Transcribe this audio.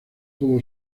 pudo